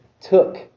took